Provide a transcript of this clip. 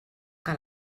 que